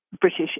British